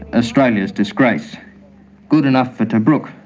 australia's disgrace' good enough for tobruk,